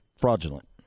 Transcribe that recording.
fraudulent